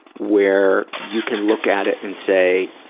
where you can look at it and say,